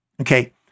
okay